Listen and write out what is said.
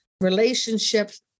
relationships